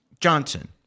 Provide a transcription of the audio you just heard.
Johnson